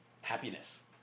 Happiness